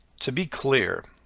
to be clear,